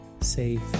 safe